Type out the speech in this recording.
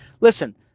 Listen